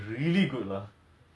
wait do you live near teck whye